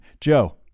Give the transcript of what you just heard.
Joe